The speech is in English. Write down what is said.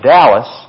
Dallas